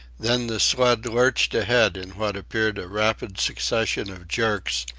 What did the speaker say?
then the sled lurched ahead in what appeared a rapid succession of jerks,